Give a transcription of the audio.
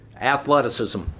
athleticism